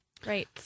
Great